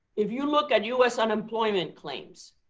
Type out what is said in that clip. if you look at us unemployment claims,